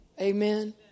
Amen